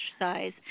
exercise